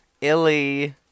Illy